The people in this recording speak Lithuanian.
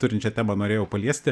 turinčią temą norėjau paliesti